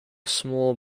small